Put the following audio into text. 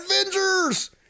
Avengers